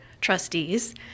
trustees